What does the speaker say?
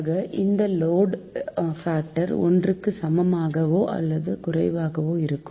ஆக இந்த load factor ஒன்றுக்கு சமமாகவோ அல்லது குறைவாகவோ இருக்கும்